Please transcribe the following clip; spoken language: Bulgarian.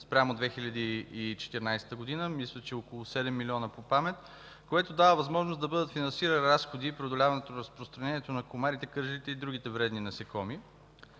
спрямо 2014 г., мисля, че около 7 милиона – по памет, което дава възможност да бъдат финансирани разходи и преодоляването на разпространението на комарите, кърлежите и другите вредни насекоми.